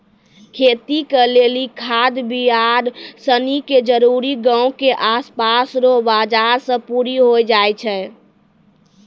खेती के लेली खाद बिड़ार सनी के जरूरी गांव के आसपास रो बाजार से पूरी होइ जाय छै